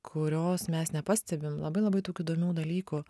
kurios mes nepastebim labai labai daug įdomių dalykų